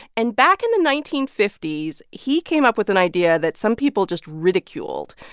and back in the nineteen fifty s, he came up with an idea that some people just ridiculed.